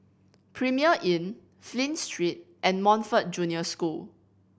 Premier Inn Flint Street and Montfort Junior School